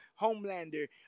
Homelander